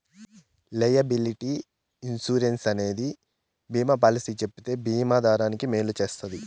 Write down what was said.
liability insurance అనేది బీమా policy చెబితే బీమా దారానికి మేలు చేస్తది